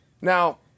Now